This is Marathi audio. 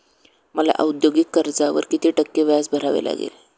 मला औद्योगिक कर्जावर किती टक्के व्याज भरावे लागेल?